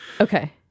Okay